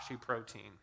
protein